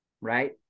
right